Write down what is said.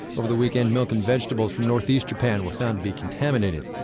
over the weekend, milk and vegetables from northeast japan were found to be contaminated.